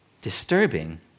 disturbing